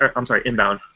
ah i'm sorry, inbound.